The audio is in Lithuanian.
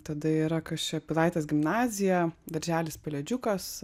tada yra kas čia pilaitės gimnazija darželis pelėdžiukas